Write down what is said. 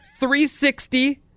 360-